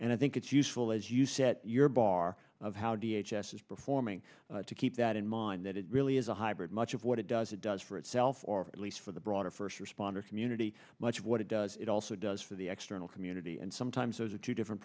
and i think it's useful as you set your bar of how d h s s is performing to keep that in mind that it really is a hybrid much of what it does it does for itself or at least for the broader first responder community much of what it does it also does for the external community and sometimes those are two different